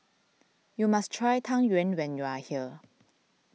you must try Tang Yuen when you are here